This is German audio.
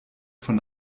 von